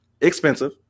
expensive